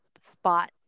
spot